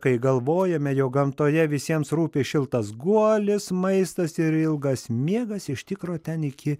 kai galvojame jog gamtoje visiems rūpi šiltas guolis maistas ir ilgas miegas iš tikro ten iki